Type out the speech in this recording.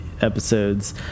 episodes